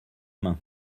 main